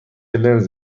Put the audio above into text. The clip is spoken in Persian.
لنز